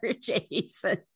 Jason